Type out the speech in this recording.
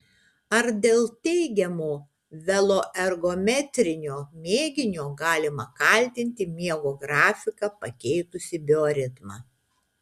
ar dėl teigiamo veloergometrinio mėginio galima kaltinti miego grafiką pakeitusį bioritmą